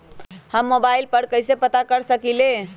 हम मोबाइल पर कईसे पता कर सकींले?